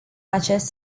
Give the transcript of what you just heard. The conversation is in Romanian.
acest